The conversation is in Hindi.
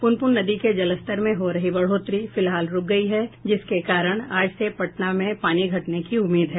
पुनपुन नदी के जलस्तर में हो रही बढ़ोतरी फिलहाल रूक गयी है जिसके कारण आज से पटना में पानी घटने की उम्मीद है